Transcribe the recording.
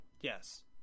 Yes